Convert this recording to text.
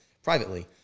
privately